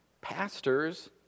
Pastors